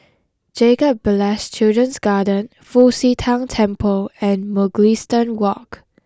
Jacob Ballas Children's Garden Fu Xi Tang Temple and Mugliston Walk